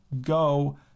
go